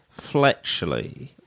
Fletchley